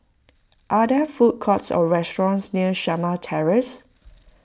are there food courts or restaurants near Shamah Terrace